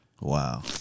Wow